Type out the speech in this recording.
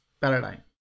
paradigm